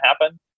happen